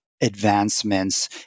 advancements